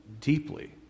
deeply